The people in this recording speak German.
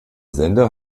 sender